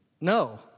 No